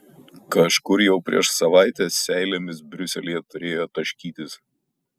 kažkur jau prieš savaitę seilėmis briuselyje turėjo taškytis